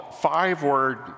Five-Word